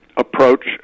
Approach